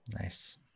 Nice